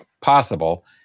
possible